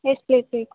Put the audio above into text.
ಎಷ್ಟು ಪ್ಲೇಟ್ ಬೇಕು